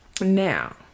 now